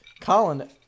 Colin